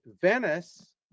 Venice